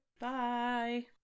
Bye